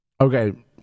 Okay